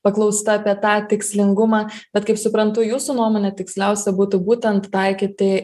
paklausta apie tą tikslingumą bet kaip suprantu jūsų nuomone tiksliausia būtų būtent taikyti